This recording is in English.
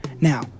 Now